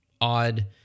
odd